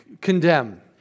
condemn